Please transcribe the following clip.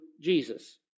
Jesus